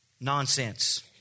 nonsense